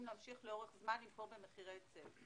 להמשיך לאורך זמן לפעול במחירי היצף.